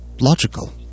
logical